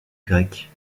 grecque